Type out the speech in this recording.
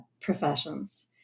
professions